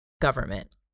government